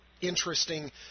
interesting